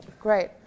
Great